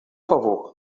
favor